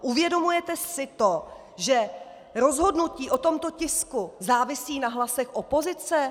Uvědomujete si to, že rozhodnutí o tomto tisku závisí na hlasech opozice?